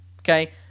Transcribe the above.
Okay